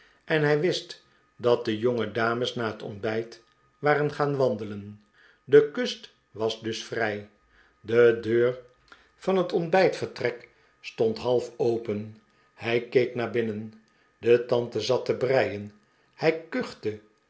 en hij wist dat de jongedames na het ontbijt waren gaan wandelen de kust was dus vrij de deur van het ontbijtvertrek stond half open hij keek naar binnen de tante zat te breien